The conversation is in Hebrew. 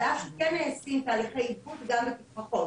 על אף שכן נעשים תהליכי עיבוד גם בתפרחות.